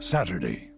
Saturday